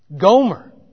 Gomer